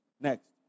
Next